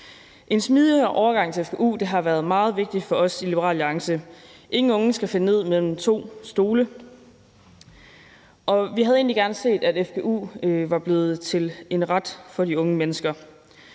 En smidigere overgang til fgu har været meget vigtigt for os i Liberal Alliance. Ingen unge skal falde ned mellem to stole. Vi havde egentlig gerne set, at fgu var blevet til en ret for de unge mennesker.